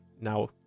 now